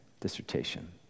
dissertation